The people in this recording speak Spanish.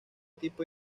tipo